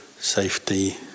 safety